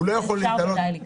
בוודאי אפשר לקצוב.